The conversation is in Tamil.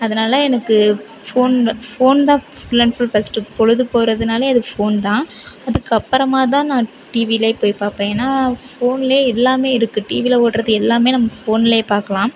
அதனால எனக்கு ஃபோன் வெ ஃபோன் தான் ஃபுல் அண்ட் ஃபுல் ஃபர்ஸ்ட்டு பொழுது போகிறதுனாலே அது ஃபோன் தான் அதுக்கப்புறமா தான் நான் டிவியிலே போய் பார்ப்பேன் ஏன்னால் ஃபோனிலே எல்லாமே இருக்குது டிவியில் ஓடுறது எல்லாமே நம் ஃபோனிலே பார்க்கலாம்